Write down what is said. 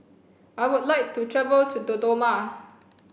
I would like to travel to Dodoma